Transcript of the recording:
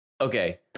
okay